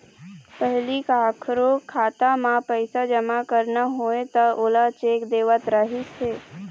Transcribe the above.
पहिली कखरो खाता म पइसा जमा करना होवय त ओला चेक देवत रहिस हे